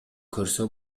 көрсө